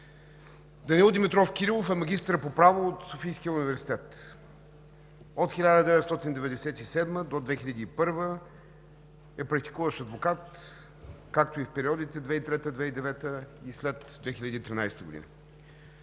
Данаил Димитров Кирилов е магистър по право от Софийския университет. От 1997 г. до 2001 г. е практикуващ адвокат, както и в периодите 2003 – 2009 г. и след 2013 г.